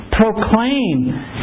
proclaim